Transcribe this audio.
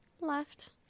left